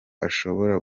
ashobora